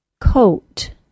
Coat